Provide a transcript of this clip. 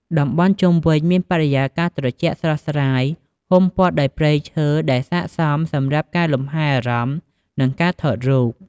តំបន់ជុំវិញមានបរិយាកាសត្រជាក់ស្រស់ស្រាយ ហ៊ុំព័ទ្ធដោយព្រៃឈើ ដែលស័ក្តិសមសម្រាប់ការលំហែអារម្មណ៍ និងការថតរូប។